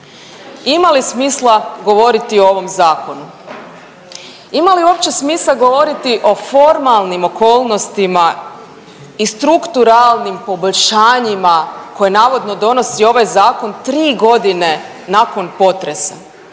Ima li smisla govoriti o ovom zakonu? Ima li uopće smisla govoriti o formalnim okolnostima i strukturalnim poboljšanjima koje navodno donosi ovaj zakon tri godine nakon potresa?